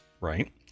Right